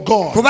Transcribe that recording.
God